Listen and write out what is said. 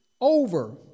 over